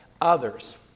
others